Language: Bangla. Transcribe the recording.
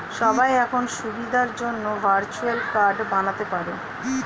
সবাই এখন সুবিধার জন্যে ভার্চুয়াল কার্ড বানাতে পারে